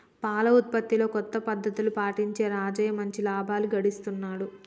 పాల ఉత్పత్తిలో కొత్త పద్ధతులు పాటించి రాజయ్య మంచి లాభాలు గడిస్తున్నాడు